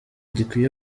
gikwiye